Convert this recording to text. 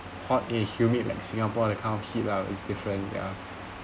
hot air humid like singapore that kind of heat lah it's different ya